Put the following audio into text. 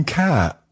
cat